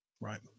Right